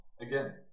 Again